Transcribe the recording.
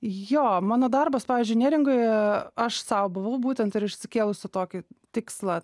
jo mano darbas pavyzdžiui neringoje aš sau buvau būtent ir išsikėlusi tokį tikslą